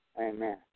Amen